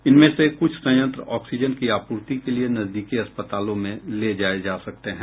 इनमें से कुछ संयंत्र ऑक्सीजन की आपूर्ति के लिए नजदीकी अस्पतालों में ले जाए जा सकते हैं